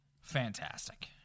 Fantastic